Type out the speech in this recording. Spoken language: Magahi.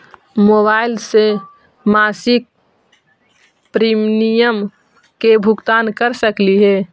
मोबाईल से मासिक प्रीमियम के भुगतान कर सकली हे?